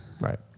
Right